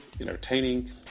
entertaining